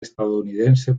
estadounidense